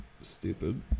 stupid